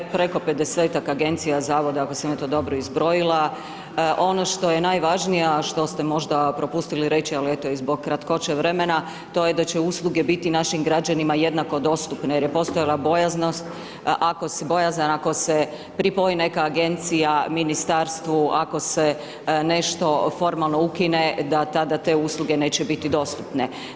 Preko 50-tak agencija, zavoda, ako sam ja to dobro izbrojila, ono što je najvažnija, a što ste možda propustili reći, ali eto, i zbog kraće vremena, to je da će usluge biti našim građanima jednako dostupne jer je postojala bojaznost, bojazan, ako se pripoji neka agencija ministarstvu, ako se nešto formalno ukine, da tada te usluge neće biti dostupne.